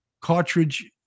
cartridge